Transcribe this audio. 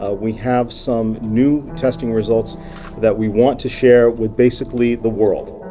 ah we have some new testing results that we want to share with basically the world.